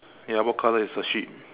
ya what colour is the sheep